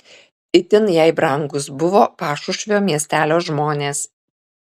itin jai brangūs buvo pašušvio miestelio žmonės